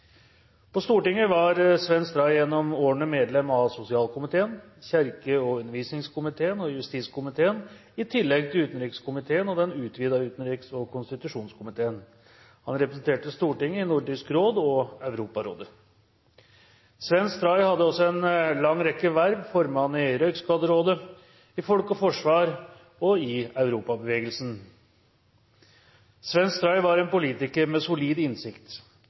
På Stortinget var Svenn Stray gjennom årene medlem av sosialkomiteen, kirke- og undervisningskomiteen og justiskomiteen, i tillegg til utenrikskomiteen og den utvidede utenriks- og konstitusjonskomiteen. Han representerte Stortinget i Nordisk råd og Europarådet. Svenn Stray hadde også en lang rekke verv: formann i Røykskaderådet, i Folk og Forsvar og i Europabevegelsen. Svenn Stray var en politiker med solid